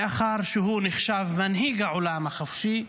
מאחר שהוא נחשב מנהיג העולם החופשי,